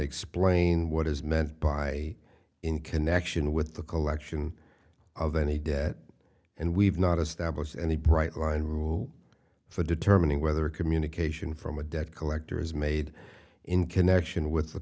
explain what is meant by in connection with the collection of any debt and we've not established any bright line rule for determining whether a communication from a debt collector is made in connection with the